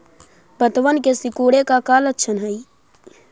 पत्तबन के सिकुड़े के का लक्षण हई?